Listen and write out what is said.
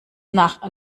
nach